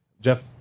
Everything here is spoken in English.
Jeff